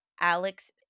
Alex